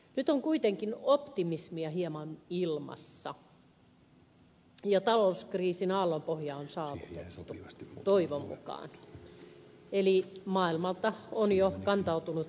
nyt on kuitenkin optimismia hieman ilmassa ja talouskriisin aallonpohja on saavutettu toivon mukaan eli maailmalta on jo kantautunut elpymisen merkkejä